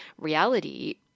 reality